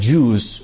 Jews